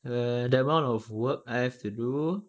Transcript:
the the amount of work I have to do